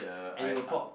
and it will pop